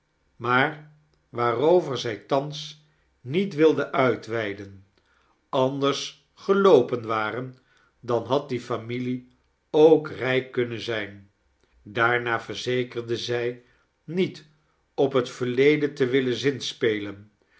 maar waarover zij thans niet wilde uitweiden anders geloopen waren dan had die familie ook rijk kunnen zijn daarna verzekerde zij niet op het verleden te willen zinspelen